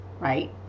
right